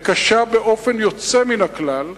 וקשה באופן יוצא מן הכלל,